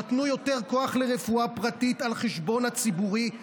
נתנו יותר כוח לרפואה הפרטית על חשבון הציבורית.